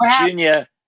Junior